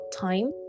Time